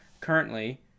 currently